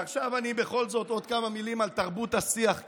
ועכשיו בכל זאת עוד כמה מילים על תרבות השיח כאן,